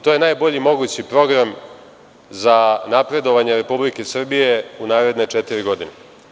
To je najbolji mogući program za napredovanje Republike Srbije u naredne četiri godine.